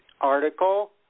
article